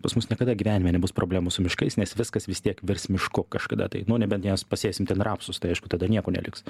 pas mus niekada gyvenime nebus problemų su miškais nes viskas vis tiek virs mišku kažkada tai nu nebent nes pasėsim ten rapsus tai aišku tada nieko neliks